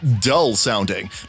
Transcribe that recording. dull-sounding